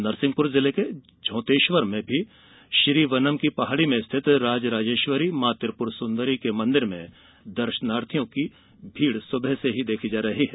नरसिंहपुर जिले के झौंतेश्वर में श्रीवनम की पहाड़ी में स्थित राजराजेश्वरी मां त्रिपुर सुंदरी के मंदिर में दर्शनार्थियों का सुबह से ही तातां लगा हुआ है